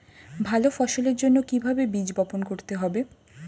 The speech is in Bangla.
ভালো ফসলের জন্য কিভাবে বীজ বপন করতে হবে?